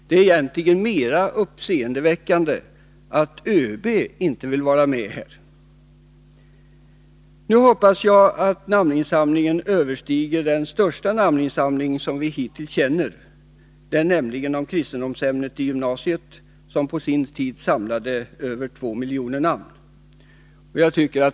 Det är egentligen mera uppseendeväckande att ÖB inte vill vara med. Jag hoppas nu att namninsamlingen överträffar den största namninsamling vi hittills känner, nämligen den om kristendomsämnet i gymnasiet, som på sin tid samlade över två miljoner namn.